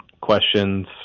questions